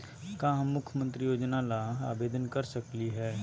का हम मुख्यमंत्री योजना ला आवेदन कर सकली हई?